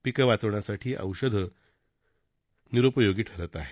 पिके वाचवण्यासाठी औषधं निरूउपयोगी ठरत आहेत